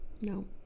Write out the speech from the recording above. No